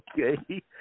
Okay